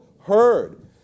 heard